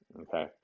Okay